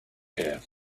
here